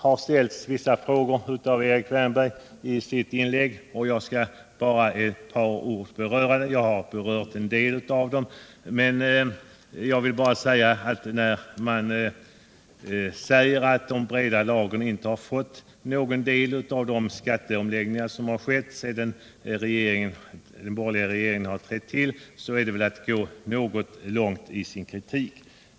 I sitt inlägg ställde Erik Wärnberg vissa frågor, som jag med ett par ord skall beröra. Jag har tidigare besvarat en del av dem. Att påstå att de breda lagren inte har fått del av de skatteomläggningar som skett sedan den borgerliga regeringen trädde till är väl att gå något långt i sin kritik.